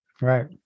Right